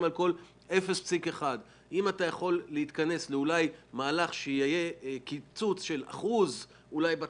על כל 0.1%. אם אתה יכול להתכנס לקיצוץ של אחוז בתקציב,